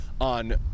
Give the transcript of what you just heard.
on